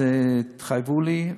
התחייבו לי,